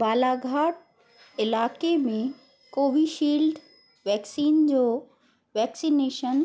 बालाघाट इलाइक़े में Covishield vaccine जो वैक्सीनेशन